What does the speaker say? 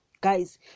Guys